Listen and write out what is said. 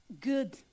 good